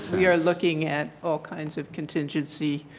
we are looking at all kinds of contingency